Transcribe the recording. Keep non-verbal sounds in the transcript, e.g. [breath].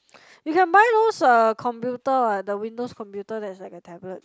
[breath] you can buy those uh computer what the windows computer that's like a tablet